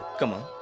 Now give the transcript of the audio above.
c'mon,